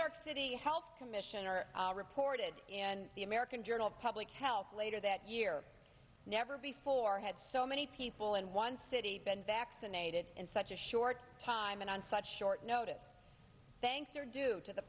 york city health commissioner reported in the american journal of public health later that year never before had so many people in one city been vaccinated in such a short time and on such short notice thanks are due to the